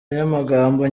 y’amagambo